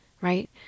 right